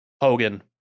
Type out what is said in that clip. Hogan